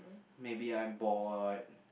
maybe I'm bored